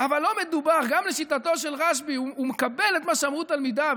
אבל גם לשיטתו של רשב"י הוא מקבל את מה שאמרו תלמידיו,